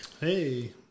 Hey